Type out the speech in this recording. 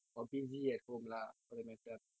or busy at home lah for the matter